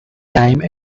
time